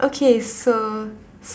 okay so